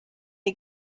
est